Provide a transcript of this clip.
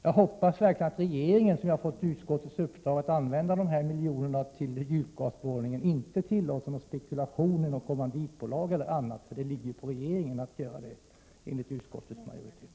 Jag hoppas verkligen att regeringen, som utskottet ju vill ge ett antal miljoner till djupgasborrning, inte tillåter spekulation i något kommanditbolag eller på annat sätt, för enligt utskottets majoritet är det regeringen som har att avgöra hur pengarna skall användas.